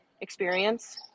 experience